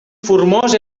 formós